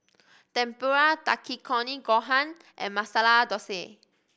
Tempura Takikomi Gohan and Masala Dosa